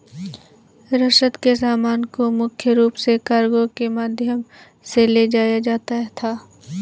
रसद के सामान को मुख्य रूप से कार्गो के माध्यम से ले जाया जाता था